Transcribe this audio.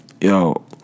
Yo